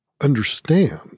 understand